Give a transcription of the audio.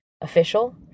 official